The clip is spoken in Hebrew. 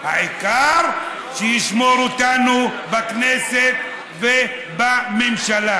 העיקר שישמור אותנו בכנסת ובממשלה.